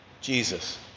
Jesus